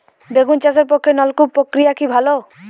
বেগুন চাষের পক্ষে নলকূপ প্রক্রিয়া কি ভালো?